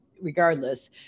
regardless